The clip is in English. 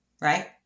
right